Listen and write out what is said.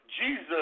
Jesus